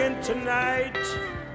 tonight